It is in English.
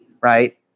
right